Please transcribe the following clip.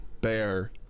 bear